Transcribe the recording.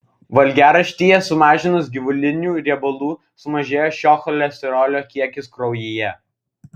valgiaraštyje sumažinus gyvulinių riebalų sumažėja šio cholesterolio kiekis kraujyje